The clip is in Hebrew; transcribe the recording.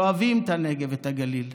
שאוהבים את הנגב ואת הגליל.